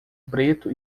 preto